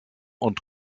und